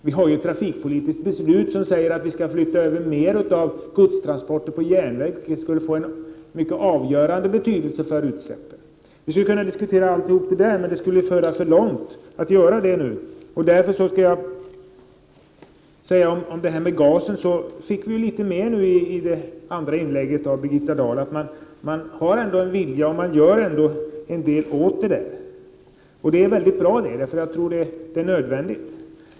Vi har ju fattat ett trafikpolitiskt beslut med innebörden att vi skall flytta över mer godstransporter till järnväg, och det skulle få en avgörande betydelse för utsläppen. Vi skulle kunna diskutera allt detta, men det skulle föra för långt att göra det nu. I Birgitta Dahls andra inlägg fick vi höra litet mer om gasproblematiken, att regeringen har en vilja att göra något och även gör en del åt den frågan. Det är mycket bra, och jag anser att det är nödvändigt.